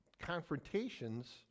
confrontations